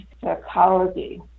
psychology